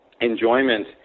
enjoyment